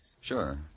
Sure